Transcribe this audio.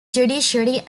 judiciary